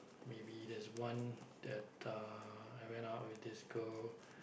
maybe there's one that uh I went out with this girl